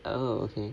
oh okay